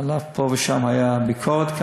אף שפה ושם הייתה גם ביקורת,